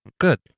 Good